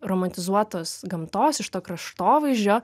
romantizuotos gamtos iš to kraštovaizdžio